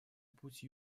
путь